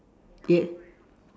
ye~